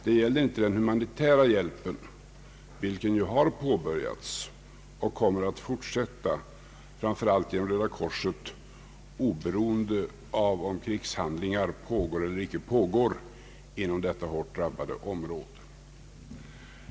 Det gäller inte den humanitära hjälpen, vilken ju har påbörjats och kommer att fortsätta framför allt genom Röda korset, oberoende av om krigshandlingar pågår eller inte pågår inom detta hårt drabbade område.